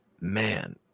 man